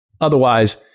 Otherwise